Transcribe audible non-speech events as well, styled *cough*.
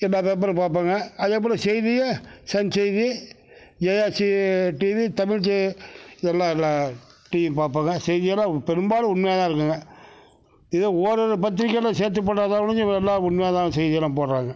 எல்லா பேப்பர் பார்ப்பேங்க அதே போல் செய்தியும் சன் செய்தி ஜெயா டிவி தமிழ் *unintelligible* எல்லா எல்லா டிவியும் பார்ப்பேங்க செய்தியலாம் பெரும்பாலும் உண்மையாக தான் இருக்குங்க இதே ஓரிரு பத்திரிக்கையில் சேர்த்து போட்டால் தான் ஒழிஞ்சு வேற எல்லாம் உண்மையாக தான் செய்தியெல்லாம் போடுகிறாங்க